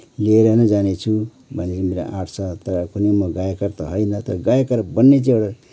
लिएर नै जानेछु भन्ने चाहिँ मेरो आँट छ र तर कुनै म गायककार त होइन तर गायककार बन्ने चाहिँ एउटा